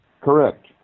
Correct